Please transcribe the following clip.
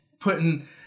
putting